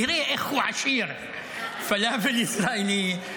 תראה איך הוא עשיר: פלאפל ישראלי,